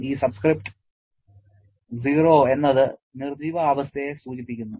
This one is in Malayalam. ഈ സബ്സ്ക്രിപ്റ്റ് '0' എന്നത് നിർജ്ജീവാവസ്ഥയെ സൂചിപ്പിക്കുന്നു